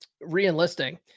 re-enlisting